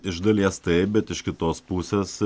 iš dalies taip bet iš kitos pusės